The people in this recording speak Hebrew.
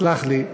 סלח לי.